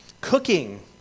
Cooking